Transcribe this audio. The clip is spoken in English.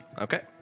Okay